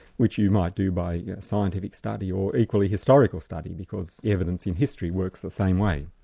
which you might do by scientific study or equally, historical study because evidence in history works the same way.